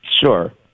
sure